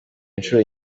inshuro